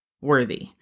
worthy